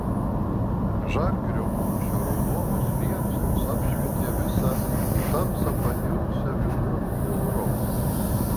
žalgirio mūšio raudonos liepsnos apšvietė visą į tamsą panirusią viduramžių europą